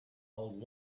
old